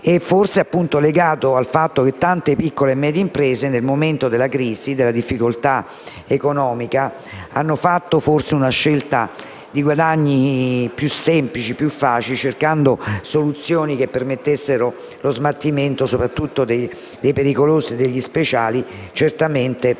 è forse legato al fatto che tante piccole e medie imprese, nel momento della crisi e della difficoltà economica, hanno fatto una scelta di guadagni più semplici e facili, cercando soluzioni che permettessero lo smaltimento dei rifiuti pericolosi e speciali attraverso